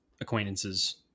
acquaintances